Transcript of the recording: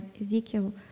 Ezekiel